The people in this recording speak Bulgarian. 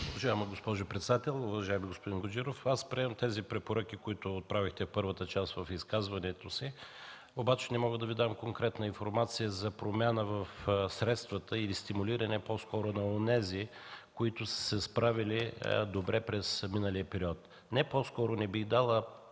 Уважаеми господин председател, уважаеми господин Гуджеров. Аз приемам тези препоръки, които отправихте в първата част на изказването си, обаче не мога да Ви дам конкретна информация за промяна в средствата или по-скоро стимулиране на онези, които са се справили добре през миналия период. Целта на